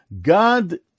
God